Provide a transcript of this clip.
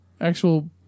actual